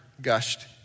gushed